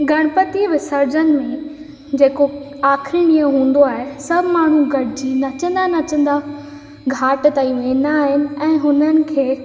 गणपती विसर्जन में जेको आख़री ॾींहुं हूंदो आहे सभु माण्हू गॾिजी नचंदा नचंदा घाट ताईं वेंदा आहिनि ऐं हुननि खे